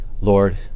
Lord